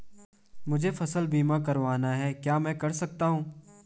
मुझे फसल बीमा करवाना है क्या मैं कर सकता हूँ?